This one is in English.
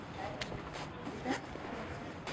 i will be back shortly.